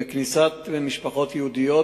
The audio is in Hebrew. וכניסת משפחות יהודיות,